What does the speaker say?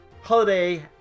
holiday